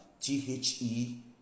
T-H-E